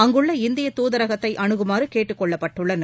அங்குள்ள இந்திய தூதரகத்தை அணுகுமாறு கேட்டுக்கொள்ளப்பட்டுள்ளனர்